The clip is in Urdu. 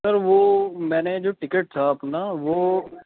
سر وہ میں نے جو ٹکٹ تھا اپنا وہ